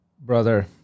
Brother